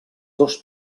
dos